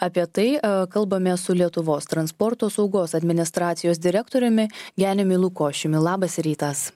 apie tai kalbamės su lietuvos transporto saugos administracijos direktoriumi janiumi lukošiumi labas rytas